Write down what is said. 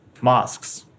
mosques